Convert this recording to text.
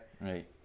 right